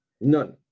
None